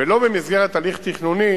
ולא במסגרת הליך תכנוני